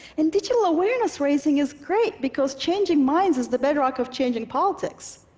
and digital awareness-raising is great, because changing minds is the bedrock of changing politics.